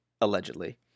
allegedly